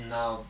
now